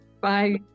Bye